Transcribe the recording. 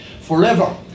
forever